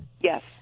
Yes